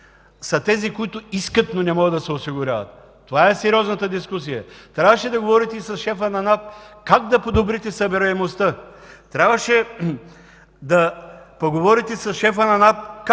са тези, които искат, но не могат да се осигуряват. Това е сериозната дискусия. Трябваше да говорите и с шефа на НАП как да подобрите събираемостта. Трябваше да поговорите с шефа на НАП